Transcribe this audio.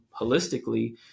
holistically